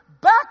back